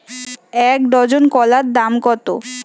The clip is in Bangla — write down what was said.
এক ডজন কলার দাম কত?